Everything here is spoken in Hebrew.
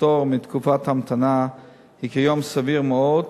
פטור מתקופת המתנה הוא כיום סביר מאוד,